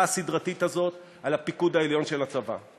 הסדרתית הזאת על הפיקוד העליון של הצבא.